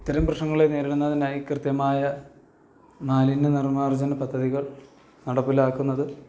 ഇത്തരം പ്രശ്നങ്ങളെ നേരിടുന്നതിനായി കൃത്യമായ മാലിന്യ നിർമ്മാർജ്ജന പദ്ധതികൾ നടപ്പിലാക്കുന്നത്